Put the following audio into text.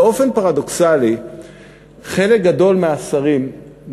באופן פרדוקסלי חלק גדול מהשרים,